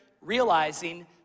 realizing